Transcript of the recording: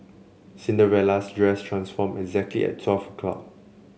Cinderella's dress transform exactly at twelve o' clock